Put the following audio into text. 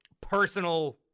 personal